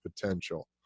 potential